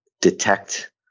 detect